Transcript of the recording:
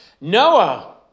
Noah